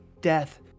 death